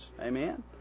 Amen